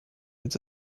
jetzt